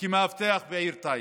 כמאבטח בעיר טייבה.